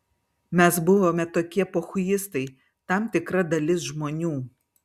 mes buvome tokie pochuistai tam tikra dalis žmonių